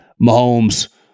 Mahomes